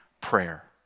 prayer